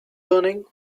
learning